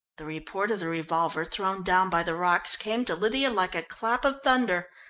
the report of the revolver thrown down by the rocks came to lydia like a clap of thunder.